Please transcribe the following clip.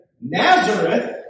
Nazareth